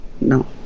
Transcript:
no